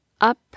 up